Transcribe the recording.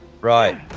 Right